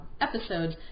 episodes